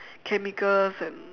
chemicals and